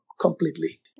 completely